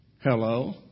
Hello